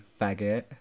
faggot